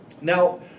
Now